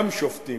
גם שופטים.